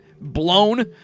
blown